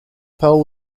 pearl